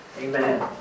Amen